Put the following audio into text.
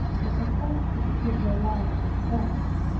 but affected with the love of god